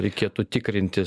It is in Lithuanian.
reikėtų tikrinti